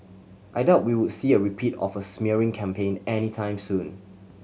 I doubt we would see a repeat of a smearing campaign any time soon